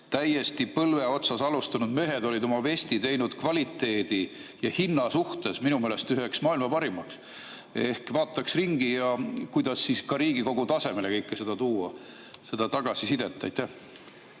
täiesti põlve otsas alustanud mehed olid oma vesti teinud kvaliteedi ja hinna suhtes minu meelest üheks maailma parimaks. Ehk vaataks ringi ja kuidas siis ka Riigikogu tasemele kõike seda tuua, seda tagasisidet. Austatud